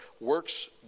works